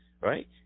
Right